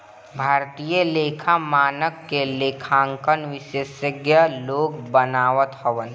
भारतीय लेखा मानक के लेखांकन विशेषज्ञ लोग बनावत हवन